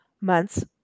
months